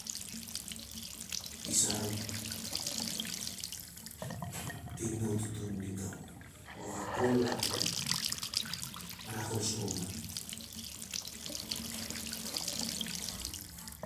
Isah ap ting na ol tuntun lik gau. Ap wakak khol ap arak khol sur a mat